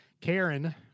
Karen